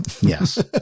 Yes